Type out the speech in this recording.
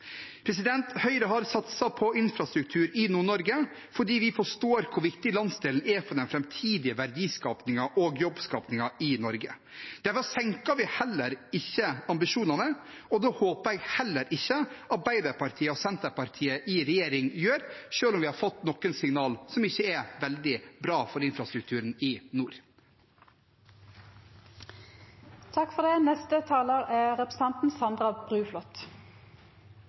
Høyre har satset på infrastruktur i Nord-Norge fordi vi forstår hvor viktig landsdelen er for den framtidige verdiskapingen og jobbskapingen i Norge. Derfor senker vi ikke ambisjonene, og det håper jeg heller ikke Arbeiderpartiet og Senterpartiet i regjering gjør, selv om vi har fått noen signal som ikke er veldig bra for infrastrukturen i nord. For